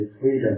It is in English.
freedom